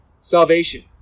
salvation